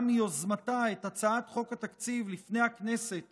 מיוזמתה את הצעת חוק התקציב בפני הכנסת